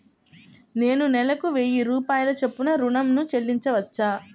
నేను నెలకు వెయ్యి రూపాయల చొప్పున ఋణం ను చెల్లించవచ్చా?